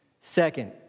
Second